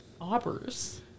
Aubers